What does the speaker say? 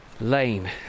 lane